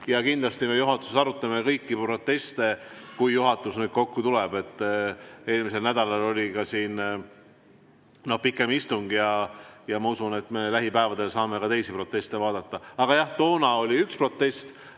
ja kindlasti me juhatuses arutame kõiki proteste, kui juhatus jälle kokku tuleb. Eelmisel nädalal oli siin pikem istung. Ma usun, et saame lähipäevadel ka teisi proteste vaadata. Aga jah, toona oli üks protest,